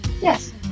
Yes